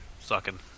Sucking